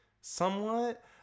somewhat